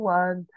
one